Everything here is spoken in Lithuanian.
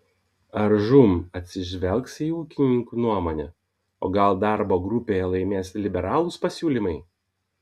ar žūm atsižvelgs į ūkininkų nuomonę o gal darbo grupėje laimės liberalūs pasiūlymai